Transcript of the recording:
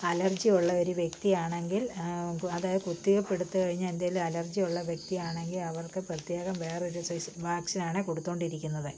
allergy ഉള്ളൊരു വ്യക്തി ആണെങ്കിൽ അത് കുത്തി വെയ്പ്പ് എടുത്ത് കഴിഞ്ഞ് എന്തേലും അലർജി ഉള്ള വ്യക്തിയാണെങ്കിൽ അവർക്ക് പ്രത്യേകം വേറൊരു സൈസ് വാക്സിനാണ് കൊടുത്തൊണ്ടിരിക്കുന്നത്